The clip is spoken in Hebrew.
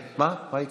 מה, יקירי?